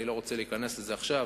אני לא רוצה להיכנס לזה עכשיו,